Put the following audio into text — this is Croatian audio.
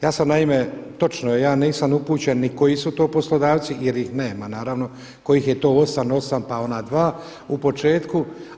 Ja sam naime, točno je ja nisam upućen ni koji su to poslodavci jer ih nema naravno kojih je to 8, 8, pa ona 2 u početku.